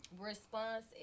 Response